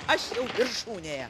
aš jau viršūnėje